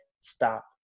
stop